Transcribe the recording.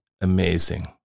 amazing